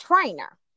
trainer